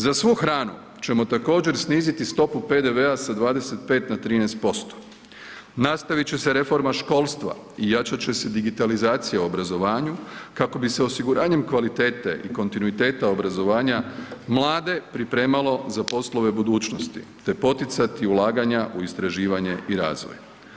Za svu hranu ćemo također sniziti stopu PDV-a sa 25% na 13%, nastavit će se reforma školstva i jačat će se digitalizacija u obrazovanju kako bi se osiguranjem kvalitete i kontinuiteta obrazovanja mlade pripremalo za poslove budućnosti te poticati ulaganja u istraživanje i razvoj.